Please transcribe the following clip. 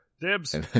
Dibs